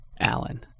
Alan